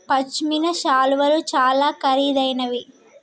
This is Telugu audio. పశ్మిన శాలువాలు చాలా ఖరీదైనవి